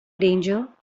danger